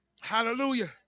Hallelujah